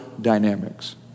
dynamics